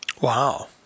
Wow